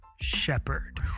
shepherd